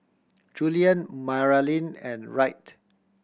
Julian Maralyn and Wright